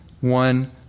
one